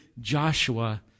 Joshua